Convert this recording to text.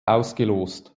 ausgelost